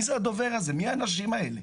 מי האנשים האלה?